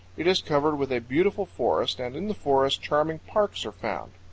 it is covered with a beautiful forest, and in the forest charming parks are found.